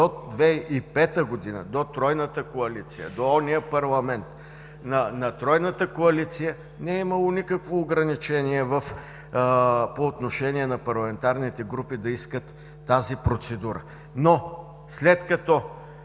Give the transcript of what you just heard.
До 2005 г., до тройната коалиция, до парламента на тройната коалиция не е имало никакво ограничение парламентарните групи да искат такава процедура.